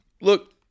look